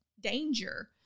danger